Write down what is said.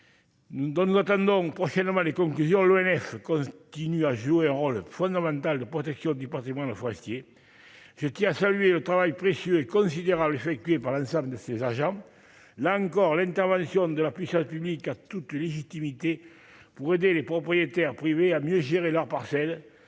donne la tendance prochainement les conclusions, l'ONF, qui a joué un rôle fondamental de protection du Patrimoine forestier, je tiens à saluer le travail précieux et considérable effectués par l'ensemble de ses agents, là encore l'intervention de la puissance publique a toute légitimité pour aider les propriétaires privés à mieux gérer leurs parcelles